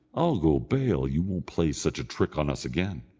i'll go bail you won't play such a trick on us again.